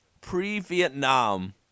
pre-Vietnam –